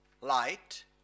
Light